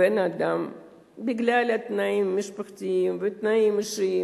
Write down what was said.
בגלל התנאים המשפחתיים ותנאים אישיים